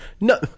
no